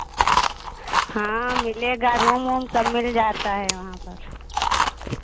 हाँ मिलेगा रूम वूम सब मिल जाता है वहाँ पर